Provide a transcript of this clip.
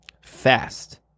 Fast